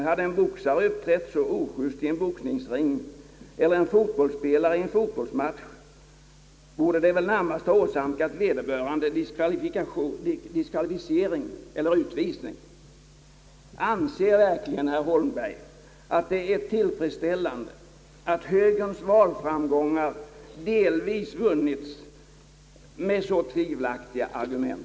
Hade en boxare uppträtt så i en boxningsring eller en fotbollsspelare i en fotbollsmatch borde det ha åsamkat vederbörande diskvalificering eller utvisning. Anser verkligen herr Holmberg att det är tillfredsställande att högerns val framgångar delvis vunnits med så tvivelaktiga argument?